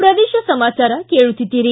ಪ್ರದೇಶ ಸಮಾಚಾರ ಕೇಳುತ್ತಿದ್ದಿರಿ